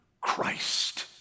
Christ